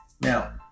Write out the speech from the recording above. Now